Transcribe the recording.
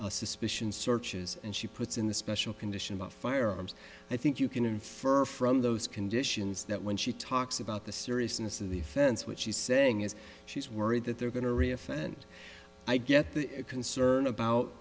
suspicion searches and she puts in the special condition about firearms i think you can infer from those conditions that when she talks about the seriousness of the offense what she's saying is she's worried that they're going to re offend i get the concern about